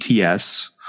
ATS